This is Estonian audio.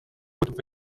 muutub